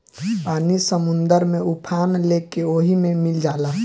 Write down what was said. पानी समुंदर में उफान लेके ओहि मे मिल जाला